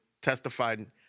testified